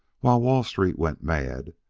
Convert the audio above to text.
while wall street went mad,